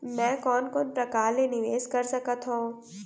मैं कोन कोन प्रकार ले निवेश कर सकत हओं?